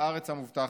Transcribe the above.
לארץ המובטחת.